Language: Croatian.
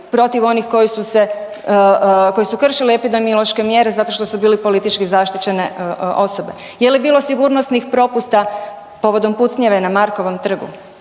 protiv onih koji su kršili epidemiološke mjere zato što su bili politički zaštićene osobe, je li bilo sigurnosnih propusta povodom pucnjave na Markovom trgu,